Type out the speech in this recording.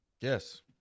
Yes